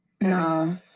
no